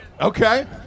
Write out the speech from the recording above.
Okay